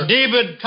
David